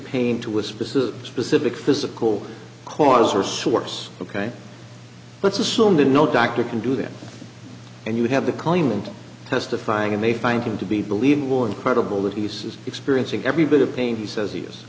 pain to a specific specific physical cause or source ok let's assume that no doctor can do that and you have the claimant testifying and they find him to be believable and credible that he was experiencing every bit of pain he says he